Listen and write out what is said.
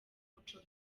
umuco